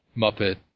Muppet